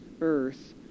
earth